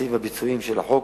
המעשיים והביצועיים של החוק,